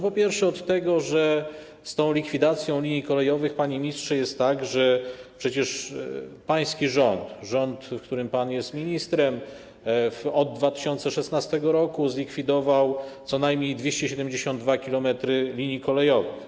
Po pierwsze od tego, że z likwidacją linii kolejowych, panie ministrze, jest tak, że przecież pański rząd, rząd, w którym pan jest ministrem od 2016 r., zlikwidował co najmniej 272 km linii kolejowych.